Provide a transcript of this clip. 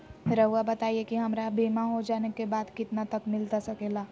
रहुआ बताइए कि हमारा बीमा हो जाने के बाद कितना तक मिलता सके ला?